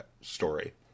story